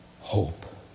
hope